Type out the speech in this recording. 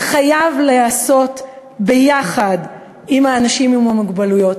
חייב להיעשות ביחד עם האנשים עם המוגבלויות,